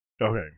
Okay